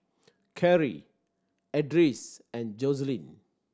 Carrie Edris and Joselyn